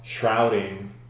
shrouding